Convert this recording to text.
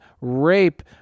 rape